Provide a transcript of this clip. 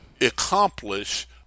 accomplish